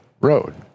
road